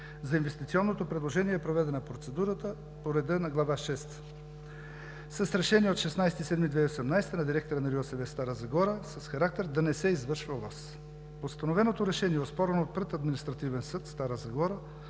За инвестиционното предложение е проведена процедурата по реда на Глава шеста с решение от 16 юли 2018 г. на директора на РИОСВ – Стара Загора, с характер да не се извършва ОВОС. Постановеното решение е оспорвано пред Административен съд – Стара Загора,